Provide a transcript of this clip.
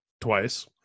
twice